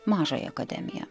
mažąją akademiją